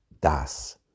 das